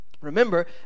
Remember